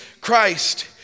Christ